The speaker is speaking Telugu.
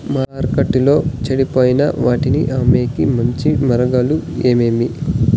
మార్కెట్టులో చెడిపోయే వాటిని అమ్మేకి మంచి మార్గాలు ఏమేమి